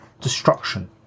Destruction